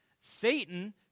Satan